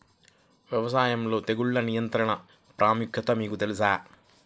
వ్యవసాయంలో తెగుళ్ల నియంత్రణ ప్రాముఖ్యత మీకు తెలుసా?